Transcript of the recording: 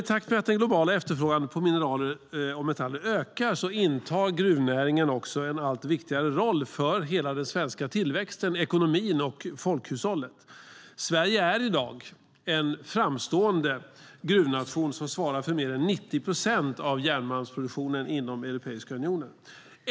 I takt med att den globala efterfrågan på mineraler och metaller ökar intar gruvnäringen en allt viktigare roll för hela den svenska tillväxten, ekonomin och folkhushållet. Sverige är i dag en framstående gruvnation som svarar för mer än 90 procent av järnmalmsproduktionen inom Europeiska unionen.